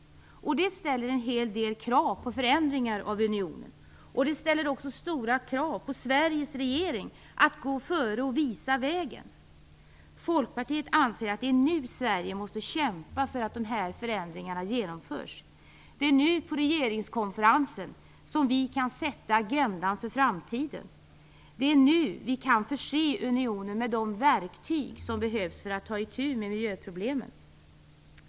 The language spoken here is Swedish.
Det ställer en hel del krav på förändringar av unionen. Det ställer också stora krav på Sveriges regering att gå före och visa vägen. Folkpartiet anser att det är nu som Sverige måste kämpa för att de här förändringarna genomförs. Det är nu på regeringskonferensen som vi kan sätta agendan för framtiden. Det är nu som vi kan förse unionen med de verktyg som behövs för att man skall kunna ta itu med miljöproblemen.